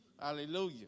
Hallelujah